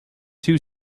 two